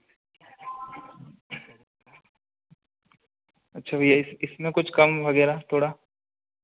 अच्छा भैया इस इसमें कुछ कम वगैरह थोड़ा